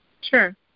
Sure